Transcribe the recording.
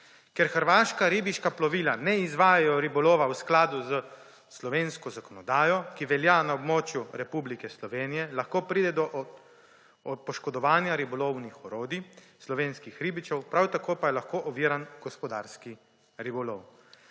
Ker hrvaška ribiška plovila ne izvajajo ribolova v skladu s slovensko zakonodajo, ki velja na območju Republike Slovenije, lahko pride do poškodovanja ribolovnih orodij slovenskih ribičev, prav tako pa je lahko oviran gospodarski ribolov.